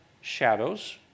shadows